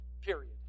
period